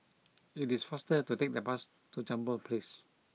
it is faster to take the bus to Jambol Place